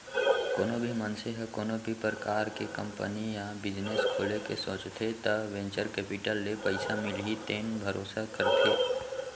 कोनो भी मनसे ह कोनो भी परकार के कंपनी या बिजनेस खोले के सोचथे त वेंचर केपिटल ले पइसा मिलही तेन भरोसा करथे